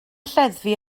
lleddfu